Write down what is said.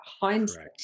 hindsight